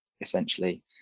essentially